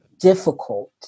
difficult